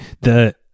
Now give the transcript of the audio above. The-